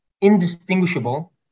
indistinguishable